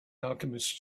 alchemist